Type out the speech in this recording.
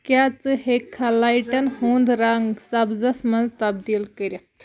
کیٛاہ ژٕ ہیٚککھا لایٹن ہُنٛد رنٛگ سبزس منٛز تبدیٖل کٔرِتھ